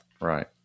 Right